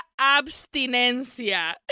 abstinencia